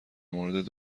مورد